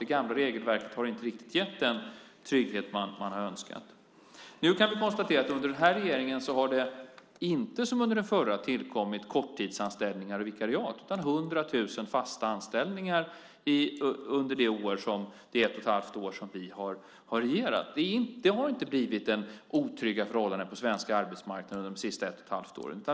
Det gamla regelverket har inte riktigt gett den trygghet man har önskat. Nu kan det konstateras att det under den här regeringen inte, som under den förra, har tillkommit korttidsanställningar och vikariat utan 100 000 fasta anställningar under det ett och ett halvt år som vi har regerat. Det har inte blivit otrygga förhållanden på den svenska arbetsmarknaden under ett och ett halvt år.